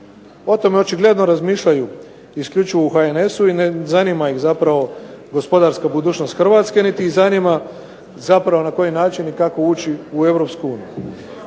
O tome očigledno razmišljaju isključivo u HNS i ne zanima ih zapravo gospodarska budućnost Hrvatske niti ih zanima na koji način i kako ući u EU.